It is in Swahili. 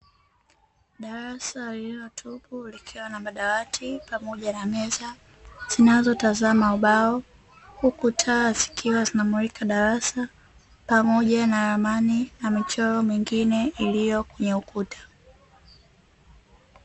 Darasa lililotupu likiwa na madawati pamoja na meza, zinazotazama ubao huku taa zikiwa zinamulika darasa pamoja na ramani na michoro mingine iliyo kwenye ukuta.